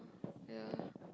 ya